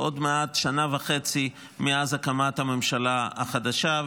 עוד מעט שנה וחצי מאז הקמת הממשלה החדשה,